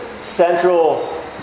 central